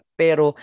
pero